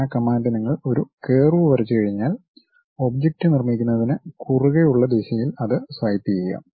ആ കമാൻഡ് നിങ്ങൾ ഒരു കർവ് വരച്ചുകഴിഞ്ഞാൽ ഒബ്ജക്റ്റ് നിർമ്മിക്കുന്നതിന് കുറുകെ ഉള്ള ദിശയിൽ അത് സ്വൈപ്പു ചെയ്യാം